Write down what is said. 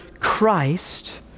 Christ